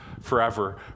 forever